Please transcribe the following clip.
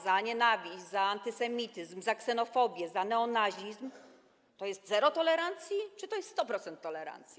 za nienawiść, za antysemityzm, za ksenofobię, za neonazizm, to jest zero tolerancji czy to jest 100% tolerancji?